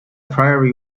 priory